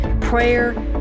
prayer